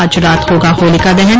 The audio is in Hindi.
आज रात होगा होलिका दहन